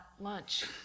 lunch